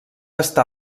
està